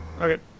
Okay